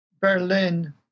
Berlin